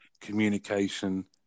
communication